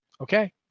Okay